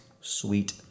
sweet